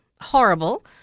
horrible